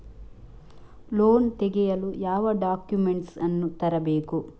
Loan ತೆಗೆಯಲು ಯಾವ documents ಅನ್ನು ತರಬೇಕು?